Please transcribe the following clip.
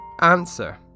answer